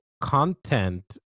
content